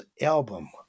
album